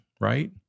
right